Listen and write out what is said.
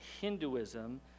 Hinduism